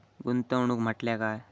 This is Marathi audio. गुंतवणूक म्हटल्या काय?